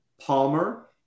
Palmer